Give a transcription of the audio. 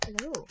Hello